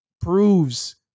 proves